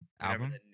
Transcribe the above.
Album